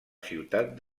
ciutat